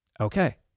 Okay